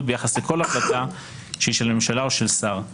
ביחס לכל החלטה שהיא של הממשלה או של שר.